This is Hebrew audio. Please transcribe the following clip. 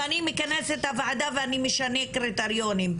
אני מכנסת את הוועדה ואני משנה קריטריונים,